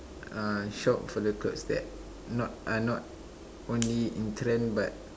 uh shop for the clothes that not are not only in trend but